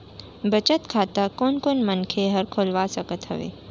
बचत खाता कोन कोन मनखे ह खोलवा सकत हवे?